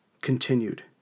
continued